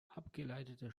abgeleitete